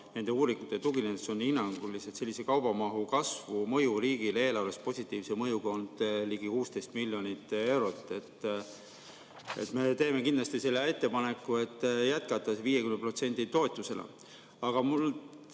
nendele uuringutele tuginedes on hinnanguliselt sellise kaubamahu kasvu mõju riigile eelarves positiivse mõjuga olnud ligi 16 miljonit eurot. Me teeme kindlasti ettepaneku, et jätkata 50% toetusega. Aga mul